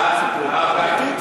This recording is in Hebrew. הכנסת תאשר את הצעת הרב גפני,